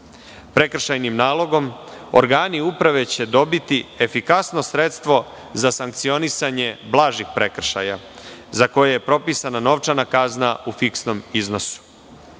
Prekršajnim nalogom organi uprave će dobiti efikasno sredstvo za sankcionisanje blažih prekršaja, za koje je propisana novčana kazna u fiksnom iznosu.